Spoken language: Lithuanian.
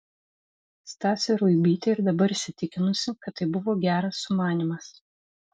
stasė ruibytė ir dabar įsitikinusi kad tai buvo geras sumanymas